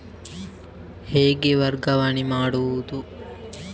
ಹೇಗೆ ವರ್ಗಾವಣೆ ಮಾಡುದು?